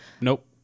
nope